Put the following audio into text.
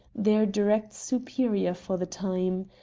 their direct superior for the time.